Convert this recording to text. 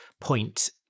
point